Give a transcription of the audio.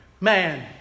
man